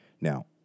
Now